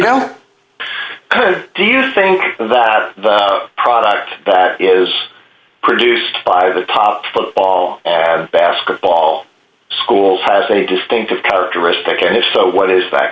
how do you think that the product that is produced by the top football basketball schools has a distinctive characteristic and if so what is